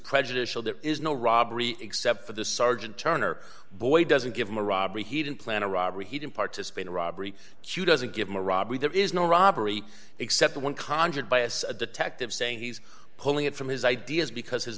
prejudicial there is no robbery except for the sergeant turner boy doesn't give him a robbery he didn't plan a robbery he didn't participate in robbery she doesn't give him a robbery there is no robbery except one conjured bias a detective saying he's pulling it from his ideas because his